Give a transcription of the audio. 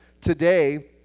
today